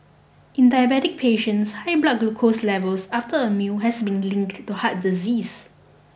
in diabetic patients high blood glucose levels after a meal has been linked to heart disease